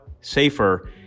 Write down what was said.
safer